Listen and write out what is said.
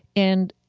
and